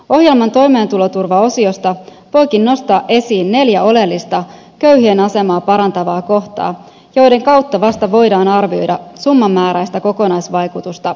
ohjelman toimeentuloturvaosiosta voikin nostaa esiin neljä oleellista köyhien asemaa parantavaa kohtaa joiden kautta vasta voidaan arvioida summamääräistä kokonaisvaikutusta ihmisen talouteen